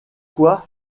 quoi